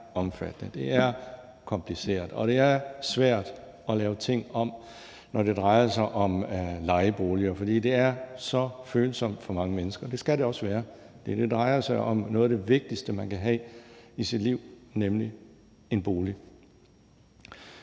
det er kompliceret, og det er svært at lave ting om, når det drejer sig om lejeboliger, for det er så følsomt for mange mennesker, og det skal det også være. Det drejer sig om noget af det vigtigste i ens liv, nemlig en bolig.